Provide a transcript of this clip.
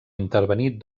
intervenir